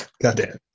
Goddamn